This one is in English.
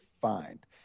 find